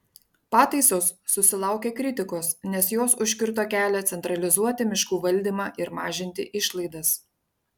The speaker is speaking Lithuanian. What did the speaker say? pataisos susilaukė kritikos nes jos užkirto kelią centralizuoti miškų valdymą ir mažinti išlaidas